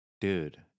Dude